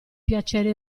piacere